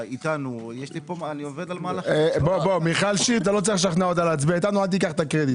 הצלחנו עם האוצר לקב את הסכם השכר שקיבלו